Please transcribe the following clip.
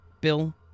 Bill